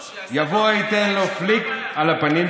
לא, לא, שיעשה חוק נגד העישון.